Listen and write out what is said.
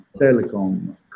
telecom